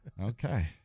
Okay